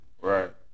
Right